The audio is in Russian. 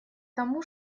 тому